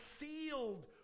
sealed